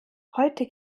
heute